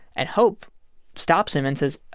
and hope stops him and says,